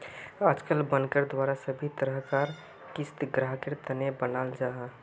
आजकल बनकर द्वारा सभी तरह कार क़िस्त ग्राहकेर तने बनाल जाहा